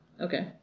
Okay